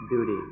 duty